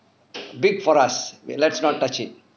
big for us let's not touch it